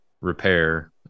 repair